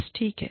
बस ठीक है